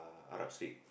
uh Arab-Street